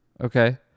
okay